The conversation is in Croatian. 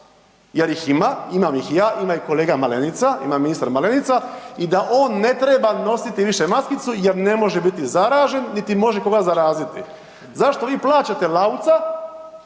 jer ih ima, imam ih i ja, ima ih i ministar Malenica i da on ne treba nositi više maskicu jer ne može biti zaražen niti koga može zaraziti. Zašto vi plaćate Lauca